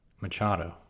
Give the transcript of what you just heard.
Machado